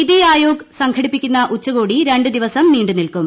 നിതി ആയോഗ് സംഘടിപ്പിക്കുന്ന ഉച്ചകോടി രണ്ടുദിവസം നീണ്ടുനിൽക്കും